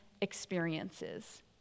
experiences